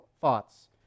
thoughts